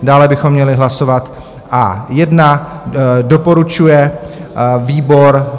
Dále bychom měli hlasovat A1, doporučuje výbor.